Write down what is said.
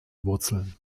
wurzeln